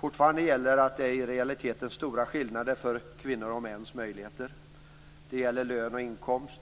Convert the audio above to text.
Fortfarande gäller att det är i realiteten stora skillnader i kvinnors och mäns möjligheter. Det gäller lön och inkomst.